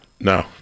No